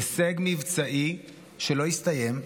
הישג מבצעי שלא הסתיים,